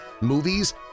movies